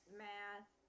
math